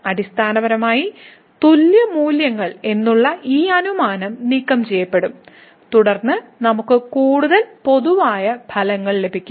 അടിസ്ഥാനപരമായി തുല്യ മൂല്യങ്ങൾ എന്നുള്ള ഈ അനുമാനം നീക്കംചെയ്യപ്പെടും തുടർന്ന് നമുക്ക് കൂടുതൽ പൊതുവായ ഫലങ്ങൾ ലഭിക്കും